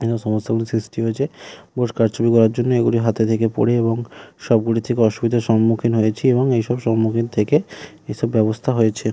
এভাবে সমস্যাগুলির সৃষ্টি হয়েছে ভোট কারচুপি করার জন্য এগুলি হাতে থেকে পড়ে এবং সবগুলি থেকে অসুবিধার সম্মুখীন হয়েছি এবং এই সব সম্মুখীন থেকে এসব ব্যবস্থা হয়েছে